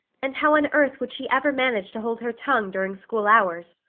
and how on earth would she ever manage to hold her tongue during school hours?